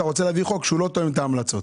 אתה רוצה להביא חוק שהוא לא תואם את ההמלצות?